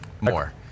more